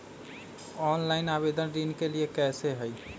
Online आवेदन ऋन के लिए कैसे हुई?